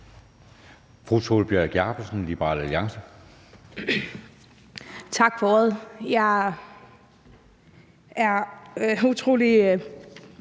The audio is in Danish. Tak for det. Jeg er utrolig